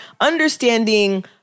understanding